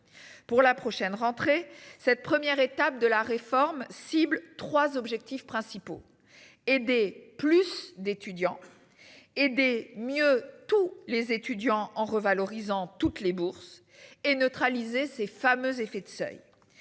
pour la prochaine rentrée. Cette première étape de la réforme cibles 3 objectifs principaux et des plus d'étudiants. Et des mieux tous les étudiants en revalorisant toutes les bourses et neutraliser ces fameux effet de seuil.